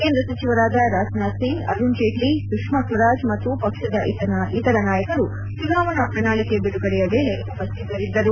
ಕೇಂದ್ರ ಸಚಿವರಾದ ರಾಜನಾಥ್ ಸಿಂಗ್ ಅರುಣ್ಜೇಟ್ಲ ಸುಷ್ಕಾ ಸ್ವರಾಜ್ ಮತ್ತು ಪಕ್ಷದ ಇತರ ನಾಯಕರು ಚುನಾವಣಾ ಪ್ರಣಾಳಕೆ ಬಿಡುಗಡೆಯ ವೇಳೆ ಉಪಸ್ಥಿತರಿದ್ಗರು